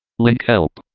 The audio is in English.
link help.